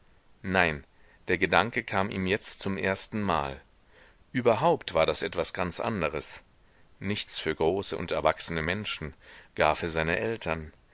nein der gedanke kam ihm jetzt zum erstenmal überhaupt war das etwas ganz anderes nichts für große und erwachsene menschen gar für seine eltern